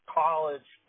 college